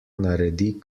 naredi